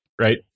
right